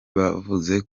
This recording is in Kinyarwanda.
bavuze